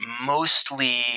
mostly